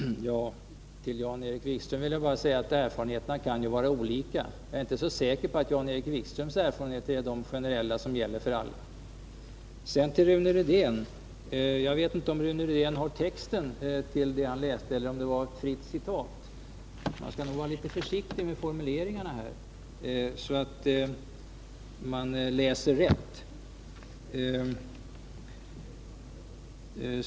Herr talman! Till Jan-Erik Wikström vill jag bara säga att erfarenheterna kan vara olika. Jag är inte så säker på att Jan-Erik Wikströms erfarenheter gäller för alla. Jag vet inte om Rune Rydén har texten till det uttalande från utbildningsministern som han återgav eller om det var ett fritt citat. Han skall nog vara litet försiktig med formuleringarna, så att han läser rätt.